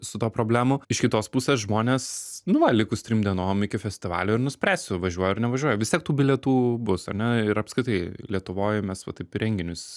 su daug problemų iš kitos pusės žmonės nu va likus trim dienom iki festivalio ir nuspręsiu važiuoju ar nevažiuoju vistiek tų bilietų bus ar ne ir apskritai lietuvoj mes va taip į renginius